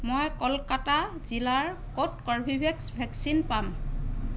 মই কলকাতা জিলাৰ ক'ত কৰ্বীভেক্স ভেকচিন পাম